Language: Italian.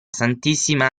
santissima